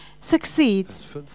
succeeds